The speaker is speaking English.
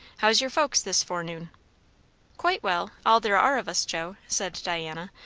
how's your folks, this forenoon? quite well all there are of us, joe, said diana,